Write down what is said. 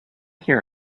here